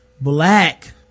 black